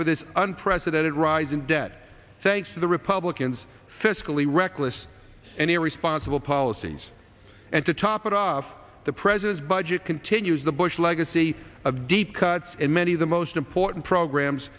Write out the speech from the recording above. for this unprecedented rise in debt thanks to the republicans fiscally reckless and irresponsible policies and to top it off the president's budget continues the bush legacy of deep cuts in many of the most important programs